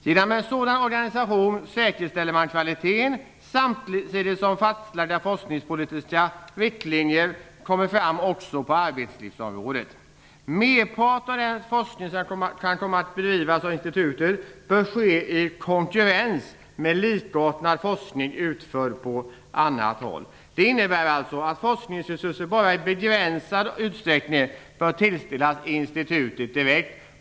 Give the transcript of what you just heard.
Genom en sådan organisation säkerställer man kvaliteten, samtidigt som fastlagda forskningspolitiska riktlinjer kommer fram också på arbetslivsområdet. Merparten av den forskning som kan komma att bedrivas av institutet bör ske i konkurrens med likartad forskning utförd på annat håll. Det innebär alltså att forskningsresurser bara i begränsad utsträckning bör tilldelas institutet direkt.